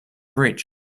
bridge